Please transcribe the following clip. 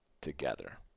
together